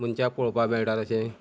मनशा पळोवपा मेळटा तशें